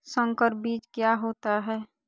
संकर बीज क्या होता है?